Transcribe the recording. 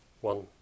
one